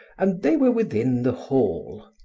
and they were within the hall.